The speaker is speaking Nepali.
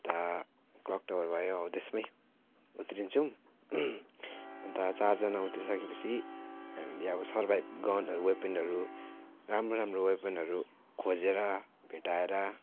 यता क्लक टावर भयो हो त्यसमै उत्रिन्छौँ अन्त चारजना उत्रिसके पछि हामीले अब सर्भाइभ गनहरू वेपनहरू राम्रो राम्रो वेपनहरू खोजेर भेटाएर